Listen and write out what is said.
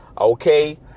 Okay